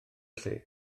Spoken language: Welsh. lle